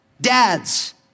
Dads